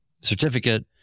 certificate